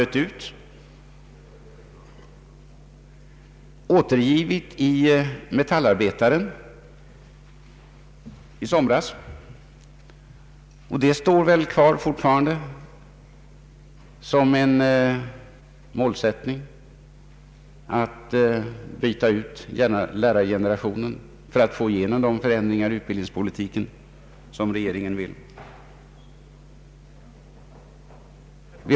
Detta uttalande var återgivet i Metallarbetaren i somras, och det står väl kvar fortfarande som en målsättning att byta ut denna lärargeneration för att få igenom de förändringar i utbildningspolitiken som regeringen vill ha.